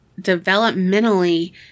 developmentally